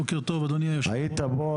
היית כאן,